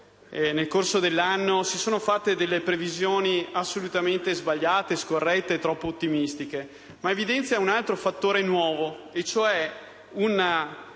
nel corso dell'anno si sono fatte delle previsioni assolutamente sbagliate, scorrette e troppo ottimistiche, ma anche un altro fattore nuovo, ossia un